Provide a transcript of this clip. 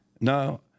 No